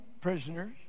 prisoners